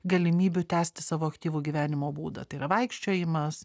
galimybių tęsti savo aktyvų gyvenimo būdą tai yra vaikščiojimas